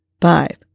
five